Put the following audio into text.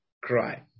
cry